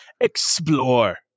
explore